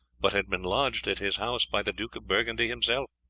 but had been lodged at his house by the duke of burgundy himself.